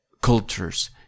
cultures